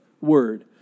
word